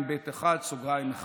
3א(ב1)(1)